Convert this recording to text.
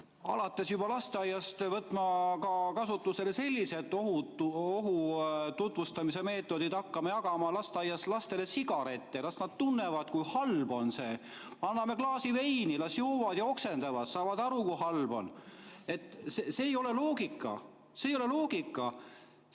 alates lasteaiast võtma kasutusele ka sellised ohu tutvustamise meetodid, et hakkame jagama lasteaias lastele sigarette, las nad tunnevad, kui halb see on. Anname klaasi veini, las joovad ja oksendavad, saavad aru, kui halb on. See ei ole loogika. See ei ole loogika!